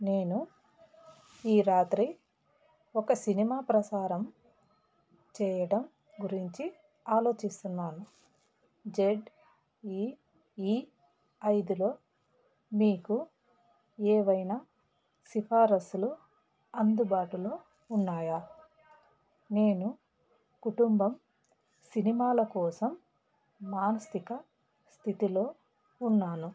నేను ఈ రాత్రి ఒక సినిమా ప్రసారం చెయ్యటం గురించి ఆలోచిస్తున్నాను జడ్ఈఈ ఐదులో మీకు ఏవైనా సిఫారస్సులు అందుబాటులో ఉన్నాయా నేను కుటుంబం సినిమాల కోసం మానస్థిక స్థితిలో ఉన్నాను